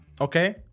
Okay